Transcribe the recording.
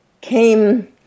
came